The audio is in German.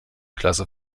klasse